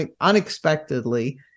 unexpectedly